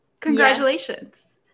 Congratulations